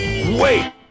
Wait